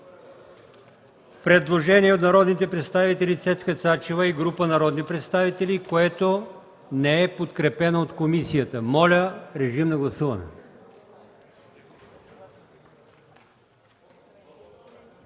предложение на народния представител Цецка Цачева и група народни представители, което не е подкрепено от комисията. Моля, режим на гласуване.